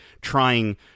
trying